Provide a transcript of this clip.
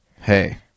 Hey